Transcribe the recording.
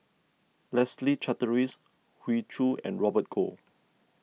Leslie Charteris Hoey Choo and Robert Goh